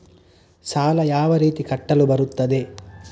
ಸಾಲ ಯಾವ ರೀತಿ ಕಟ್ಟಲು ಬರುತ್ತದೆ?